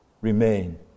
Remain